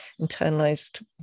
internalized